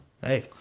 Hey